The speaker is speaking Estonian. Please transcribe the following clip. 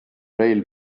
rail